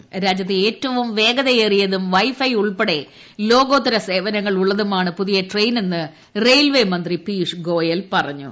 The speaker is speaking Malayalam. ്രാജ്യത്തെ ഏറ്റവും വേഗതയേറിയതും വൈഫെ ഉൾപ്പെടെ ലോകോത്തര സേവനങ്ങൾ ഉള്ളതുമാണ് പുതിയ ട്രെയിനെന്ന് റെയിൽവേ മന്ത്രി പിയൂഷ് ഗോയൽ പറഞ്ഞു